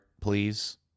please